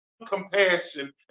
compassion